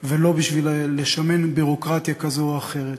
ולא בשביל לשמן ביורוקרטיה כזאת או אחרת.